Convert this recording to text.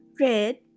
red